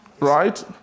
Right